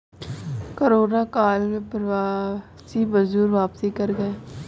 corona काल में प्रवासी मजदूर वापसी कर गए